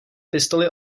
pistoli